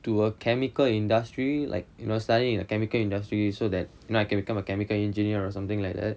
to a chemical industry like you know studying in the chemical industry so that you know I can become a chemical engineer or something like that